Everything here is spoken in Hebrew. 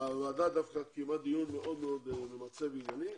הוועדה דווקא קיימה דיון מאוד מאוד ממצה וענייני.